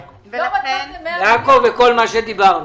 לעכו ולכל מה שדיברנו.